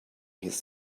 his